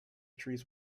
trees